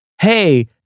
hey